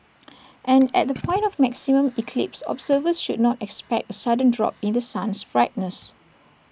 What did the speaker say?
and at the point of maximum eclipse observers should not expect A sudden drop in the sun's brightness